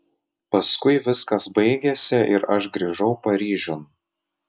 paskui viskas baigėsi ir aš grįžau paryžiun